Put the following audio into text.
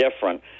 different